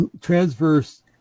transverse